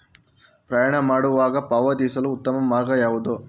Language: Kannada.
ಪ್ರಯಾಣ ಮಾಡುವಾಗ ಪಾವತಿಸಲು ಉತ್ತಮ ಮಾರ್ಗ ಯಾವುದು?